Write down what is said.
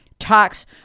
talks